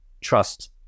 trust